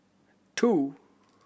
two